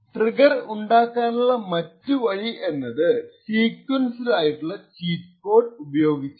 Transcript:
trigger ഉണ്ടാക്കാനുള്ള മറ്റുവഴി എന്നത് സീക്വൻസ് ആയുള്ള ചീറ്റ് കോഡ് ഉപയോഗിച്ചാണ്